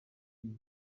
ibi